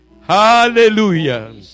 Hallelujah